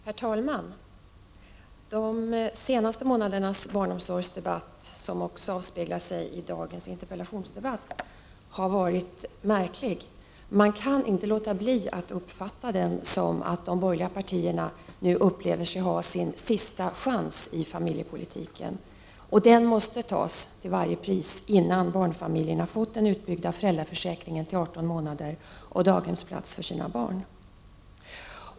Herr talman! De senaste månadernas barnomsorgsdebatt, som också avspeglar sig i dagens interpellationsdebatt, har varit märklig. Man kan inte låta bli att uppfatta den så, att de borgerliga partierna nu upplever sig ha sin sista chans i familjepolitiken. Denna sista chans måste tas till varje pris, innan barnfamiljerna har fått föräldraförsäkringen utbyggd till att omfatta 18 månader och daghemsplatser för sina barn.